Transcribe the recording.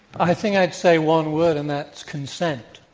i think i'd say one word, and that's consent.